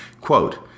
quote